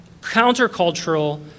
countercultural